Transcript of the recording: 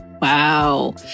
Wow